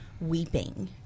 weeping